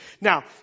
Now